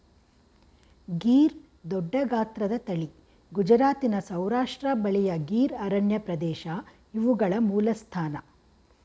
ಗೀರ್ ದೊಡ್ಡಗಾತ್ರದ ತಳಿ ಗುಜರಾತಿನ ಸೌರಾಷ್ಟ್ರ ಬಳಿಯ ಗೀರ್ ಅರಣ್ಯಪ್ರದೇಶ ಇವುಗಳ ಮೂಲಸ್ಥಾನ